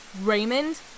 Raymond